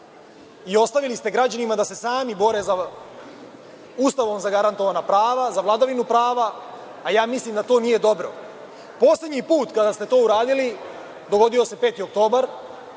i ostavili ste građanima da se sami bore Ustavom zagarantovana prava, za vladavinu prava, a ja mislim da to nije dobro. Poslednji put kada ste to uradili dogodio se 5. oktobar.